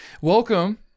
Welcome